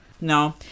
No